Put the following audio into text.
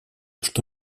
что